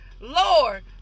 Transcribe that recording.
Lord